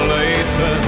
later